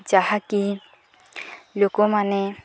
ଯାହାକି ଲୋକମାନେ